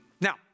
now